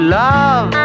love